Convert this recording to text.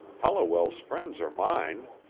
holliwell's friends are mine.